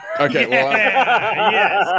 okay